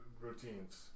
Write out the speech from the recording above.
routines